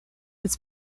its